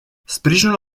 sprijinul